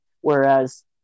whereas